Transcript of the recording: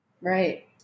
Right